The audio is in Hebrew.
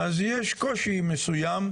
אז יש קושי מסוים,